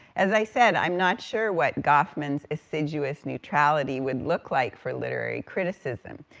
as i said, i'm not sure what goffman's assiduous neutrality would look like for literary criticism,